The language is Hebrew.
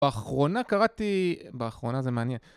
באחרונה קראתי, באחרונה זה מעניין.